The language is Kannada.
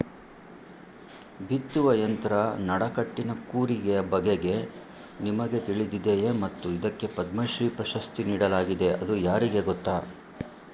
ಬಿತ್ತುವ ಯಂತ್ರ ನಡಕಟ್ಟಿನ ಕೂರಿಗೆಯ ಬಗೆಗೆ ನಿಮಗೆ ತಿಳಿದಿದೆಯೇ ಮತ್ತು ಇದಕ್ಕೆ ಪದ್ಮಶ್ರೀ ಪ್ರಶಸ್ತಿ ನೀಡಲಾಗಿದೆ ಅದು ಯಾರಿಗೆ ಗೊತ್ತ?